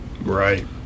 Right